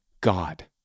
God